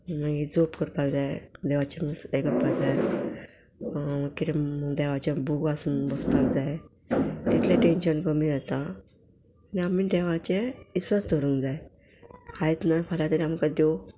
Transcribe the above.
मागीर जोप करपाक जाय देवाचें मसा करपाक जाय कितें देवाचें बूक वाचून बसपाक जाय तितलें टेंशन कमी जाता आनी आमी देवाचें इस्वास दवरूंक जाय आयज ना फाल्यां तरी आमकां देव